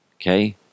Okay